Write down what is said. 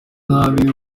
nabi